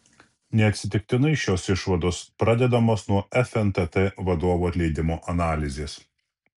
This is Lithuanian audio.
neatsitiktinai šios išvados pradedamos nuo fntt vadovų atleidimo analizės